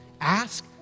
Ask